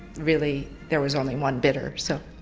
really, there was only one bidder so.